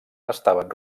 estaven